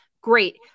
great